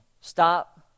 Stop